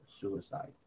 suicide